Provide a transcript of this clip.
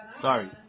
sorry